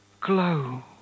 glow